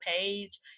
page